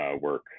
work